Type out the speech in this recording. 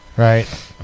Right